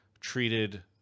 treated